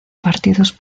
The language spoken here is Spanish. partidos